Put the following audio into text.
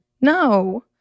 No